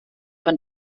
von